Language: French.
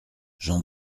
j’en